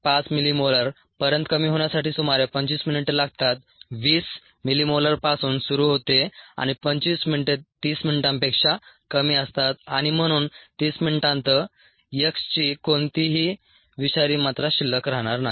5 millimolar पर्यंत कमी होण्यासाठी सुमारे 25 मिनिटे लागतात 20 मिलीमोलरपासून सुरू होते आणि 25 मिनिटे 30 मिनिटांपेक्षा कमी असतात आणि म्हणून 30 मिनिटांत X ची कोणतीही विषारी मात्रा शिल्लक राहणार नाही